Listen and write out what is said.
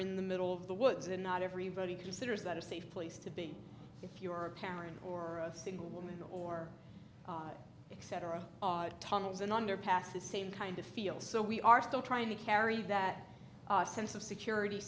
in the middle of the woods and not everybody considers that a safe place to be if you're a parent or a single woman or except or a tunnels an underpass the same kind of feel so we are still trying to carry that sense of security